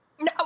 No